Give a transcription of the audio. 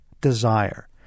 desire